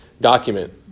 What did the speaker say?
document